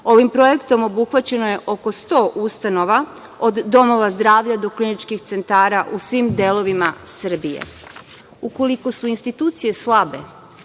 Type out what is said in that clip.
Ovim projektom obuhvaćeno je oko 100 ustanova, od domova zdravlja do kliničkih centara u svim delovima Srbije. Ukoliko su institucije slabe,